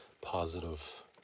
positive